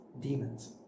demons